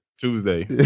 Tuesday